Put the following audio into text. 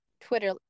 twitter